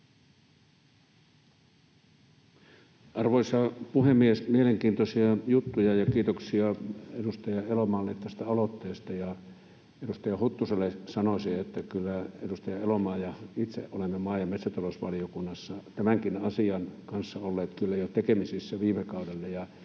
Arvoisa puhemies! Mielenkiintoisia juttuja, ja kiitoksia edustaja Elomaalle tästä aloitteesta. Edustaja Huttuselle sanoisin, että kyllä edustaja Elomaa ja itse olemme maa- ja metsätalousvaliokunnassa tämänkin asian kanssa olleet tekemisissä jo viime kaudella,